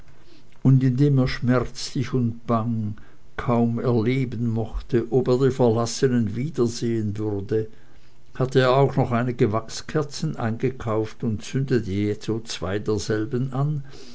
und indem er schmerzlich und bang kaum erleben mochte ob er die verlassenen wiedersehen würde hatte er auch noch einige wachskerzen eingekauft und zündete jetzo zwei derselben an